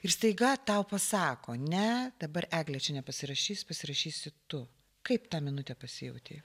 ir staiga tau pasako ne dabar eglė čia nepasirašys pasirašysi tu kaip tą minutę pasijautei